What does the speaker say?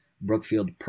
Brookfield